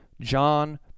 John